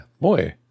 boy